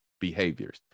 behaviors